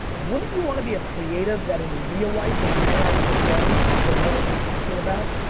wouldn't you want to be a creative that in real life, when you hang out with your friends, people know what you're talking about?